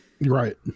right